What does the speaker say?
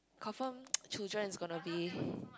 confirm children is gonna be